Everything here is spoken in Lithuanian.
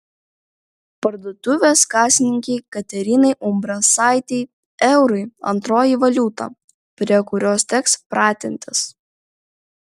parduotuvės kasininkei katerinai umbrasaitei eurai antroji valiuta prie kurios teks pratintis